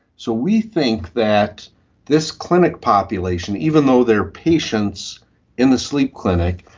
so we think that this clinic population, even though they are patients in the sleep clinic,